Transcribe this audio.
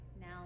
now